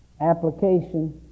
application